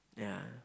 yeah